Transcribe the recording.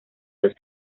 los